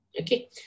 Okay